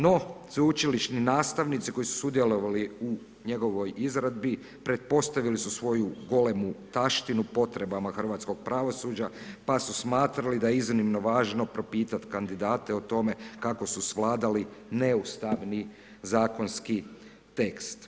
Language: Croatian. No, sveučilišni nastavnici koji su sudjelovali u njegovoj izradbi pretpostavili su svoju golemu taštinu potrebama hrvatskoga pravosuđa pa su smatrali da je iznimno važno propitati kandidate o tome kako su svladali neustavni zakonski tekst.